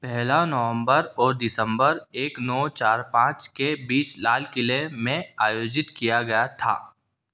पहला नवम्बर और दिसम्बर एक नौ चार पाँच के बीच लाल किले में आयोजित किया गया था